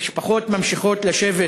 המשפחות ממשיכות לשבת